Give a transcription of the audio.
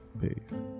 Peace